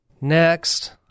next